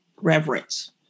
reverence